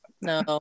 no